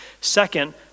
Second